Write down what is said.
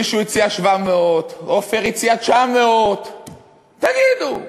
מישהו הציע 700, עפר הציע 900. תגידו,